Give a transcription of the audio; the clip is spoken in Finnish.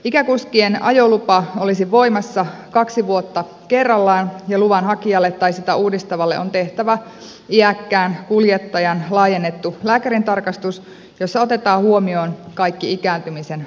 ikäkuskien ajolupa olisi voimassa kaksi vuotta kerrallaan ja luvan hakijalle tai sitä uudistavalle on tehtävä iäkkään kuljettajan laajennettu lääkärintarkastus jossa otetaan huomioon kaikki ikääntymisen vaikutukset